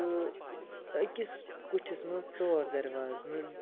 تہٕ أکِس کُٹھِس منٛز ژور دروازٕ نہٕ